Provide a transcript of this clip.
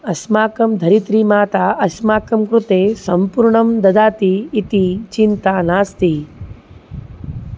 अस्माकं धरित्रीमाता अस्माकं कृते सम्पूर्णं ददाति इति चिन्ता नास्ति